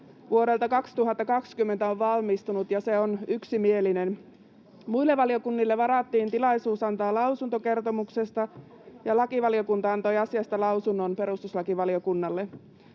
vuodelta 2020 on valmistunut, ja se on yksimielinen. Muille valiokunnille varattiin tilaisuus antaa lausunto kertomuksesta, ja lakivaliokunta antoi asiasta lausunnon perustuslakivaliokunnalle.